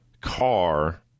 car